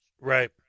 Right